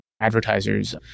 advertisers